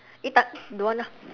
egg tart don't want lah